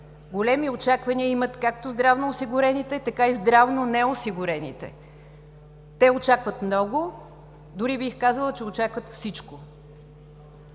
големи очаквания имат както здравноосигурените, така и здравно неосигурените. Те очакват много, дори бих казала, че очакват всичко.